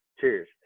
cheers